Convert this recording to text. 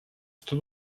что